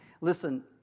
Listen